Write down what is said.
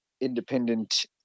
independent